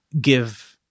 give –